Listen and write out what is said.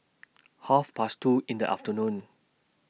Half Past two in The afternoon